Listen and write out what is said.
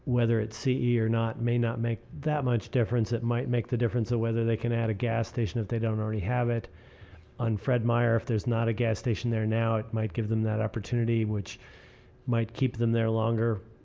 whether it's ce or not may not make that much difference. it might make the difference whether they can add a gas station if they don't already have it on fred meyer. if there's not a gas station there now, it might give them that opportunity, which might keep them there longer.